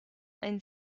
ein